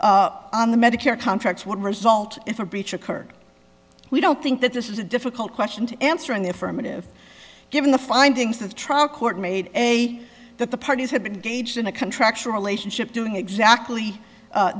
here on the medicare contracts would result if a breach occurred we don't think that this is a difficult question to answer in the affirmative given the findings of the trial court made a that the parties have been gauged in a contractual relationship doing exactly